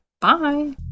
Bye